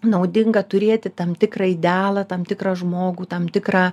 naudinga turėti tam tikrą idealą tam tikrą žmogų tam tikrą